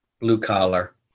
blue-collar